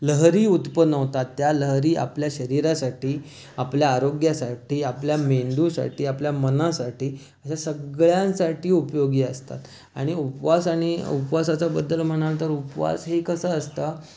लहरी उत्त्पन्न होतात त्या लहरी आपल्या शरीरासाठी आपल्या आरोग्यासाठी आपल्या मेंदूसाठी आपल्या मनासाठी ह्या सगळ्यांसाठी उपयोगी असतात आणि उपवास आणि उपवासाचा बद्दल म्हणाल तर उपवास हे कसं असतं